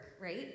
right